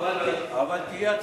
אבל תהיה הצבעה.